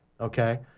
okay